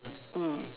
mm